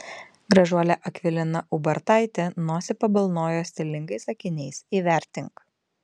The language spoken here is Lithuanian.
gražuolė akvilina ubartaitė nosį pabalnojo stilingais akiniais įvertink